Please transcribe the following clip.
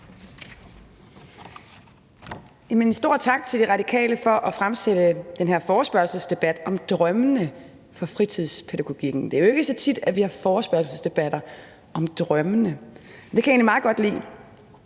Stor tak til De Radikale for at fremsætte den her forespørgselsdebat om drømme for fritidspædagogikken. Det er jo ikke så tit, at vi har forespørgselsdebatter om drømme – det kan egentlig meget godt lide.